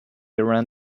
around